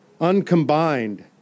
uncombined